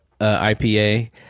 IPA